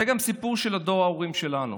זה גם הסיפור של דור ההורים שלנו.